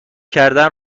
کردن